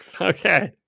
Okay